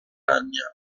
britannia